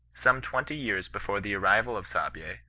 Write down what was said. some twenty years before the arrival of saabye,